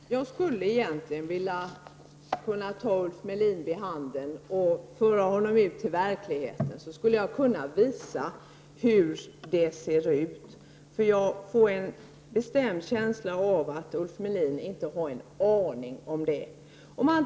Fru talman! Jag skulle egentligen vilja ta Ulf Melin i handen och föra honom ut i verkligheten. Då skulle jag kunna visa hur det ser ut. Jag har en bestämd känsla av att Ulf Melin inte har en aning om det.